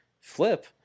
flip